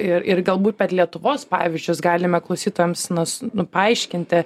ir ir galbūt per lietuvos pavyzdžius galime klausytojams na su nu paaiškinti